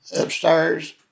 upstairs